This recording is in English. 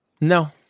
No